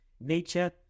nature